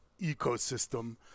Ecosystem